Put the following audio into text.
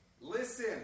Listen